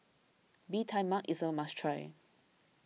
Bee Tai Mak is a must try